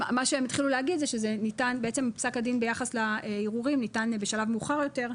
מה שהם התחילו להגיד זה שפסק הדין ביחס לערעורים ניתן בשלב מאוחר יותר,